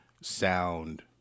sound